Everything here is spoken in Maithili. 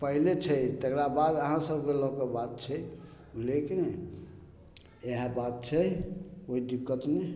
पहिले छै तकर बाद अहाँ सबके लअके बात छै बुझलियै की नहि इएह बात छै कोइ दिक्कत नहि